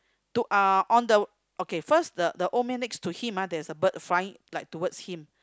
to uh on the okay first the the old man next to him ah there's a bird flying like towards him